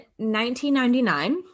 1999